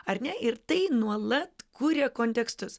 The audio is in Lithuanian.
ar ne ir tai nuolat kuria kontekstus